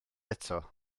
eto